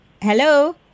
Hello